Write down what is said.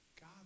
God